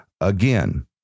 again